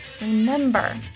remember